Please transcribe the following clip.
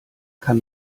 kann